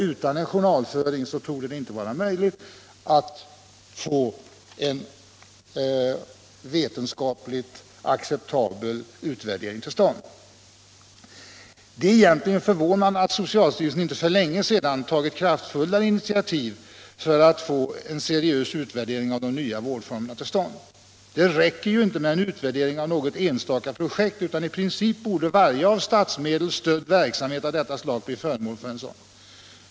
Utan en journalföring torde det inte vara möjligt att få en vetenskapligt acceptabel utvärdering till stånd. Det är förvånande att socialstyrelsen inte för länge sedan tagit kraftfullare initiativ för att få en seriös utvärdering av de nya vårdformerna till stånd. Det räcker ju inte med en utvärdering av något enstaka projekt, utan i princip borde varje av statsmedel stödd verksamhet av detta slag bli föremål för en sådan.